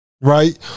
right